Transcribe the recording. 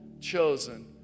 chosen